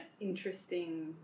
interesting